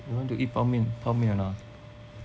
you want to eat 泡面泡面 or not ah